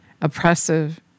oppressive